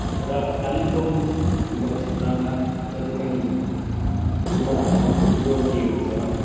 र कालिम्पोङ हाम्रो क्षेत्रमा जति पनि युवाहरू युवतीहरू छ